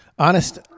Honest